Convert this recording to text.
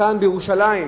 כאן בירושלים,